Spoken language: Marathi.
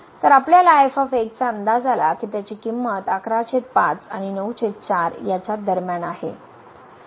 तर आपल्याला f चा अंदाज आला की त्याची किंमत 115 आणि 94 दरम्यान आहे